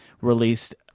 released